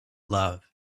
love